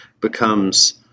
becomes